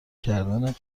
کردن